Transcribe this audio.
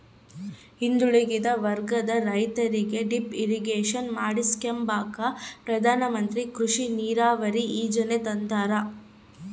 ಹಿಂದುಳಿದ ವರ್ಗದ ರೈತರಿಗೆ ಡಿಪ್ ಇರಿಗೇಷನ್ ಮಾಡಿಸ್ಕೆಂಬಕ ಪ್ರಧಾನಮಂತ್ರಿ ಕೃಷಿ ನೀರಾವರಿ ಯೀಜನೆ ತಂದಾರ